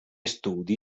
studi